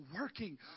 working